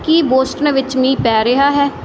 ਕੀ Boston ਵਿੱਚ ਮੀਂਹ ਪੈ ਰਿਹਾ ਹੈ